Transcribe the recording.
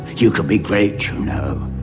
you could be great, you know.